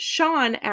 Sean